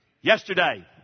Yesterday